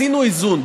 עשינו איזון,